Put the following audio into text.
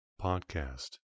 Podcast